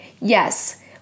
Yes